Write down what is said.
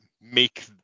make